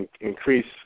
increase